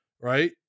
right